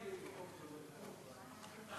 בבקשה.